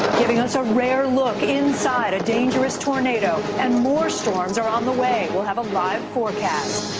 giving us a rare look inside a dangerous tornado. and more storms are on the way. we'll have a live forecast.